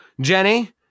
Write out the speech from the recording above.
Jenny